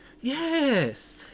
Yes